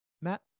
Matt